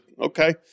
okay